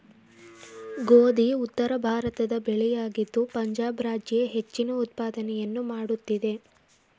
ಗೋಧಿ ಉತ್ತರಭಾರತದ ಬೆಳೆಯಾಗಿದ್ದು ಪಂಜಾಬ್ ರಾಜ್ಯ ಹೆಚ್ಚಿನ ಉತ್ಪಾದನೆಯನ್ನು ಮಾಡುತ್ತಿದೆ